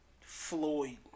Floyd